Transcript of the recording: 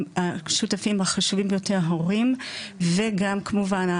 השותפים החשובים ביותר ההורים וגם כמובן,